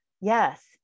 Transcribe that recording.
Yes